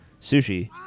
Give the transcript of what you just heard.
sushi